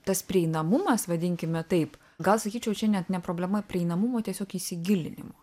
tas prieinamumas vadinkime taip gal sakyčiau čia net ne problema prieinamumo tiesiog įsigilinimu